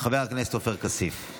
חבר הכנסת עופר כסיף.